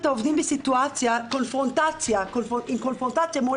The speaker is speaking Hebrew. העובדים בסיטואציה עם קונפרונטציה מול